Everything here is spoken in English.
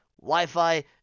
Wi-Fi